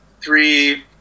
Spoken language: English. three